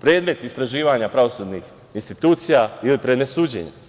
predmet istraživanja pravosudnih institucija ili predmet suđenja?